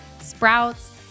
Sprouts